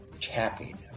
Tapping